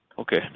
Okay